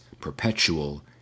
perpetual